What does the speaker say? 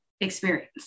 experience